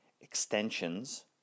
extensions